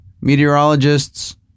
meteorologists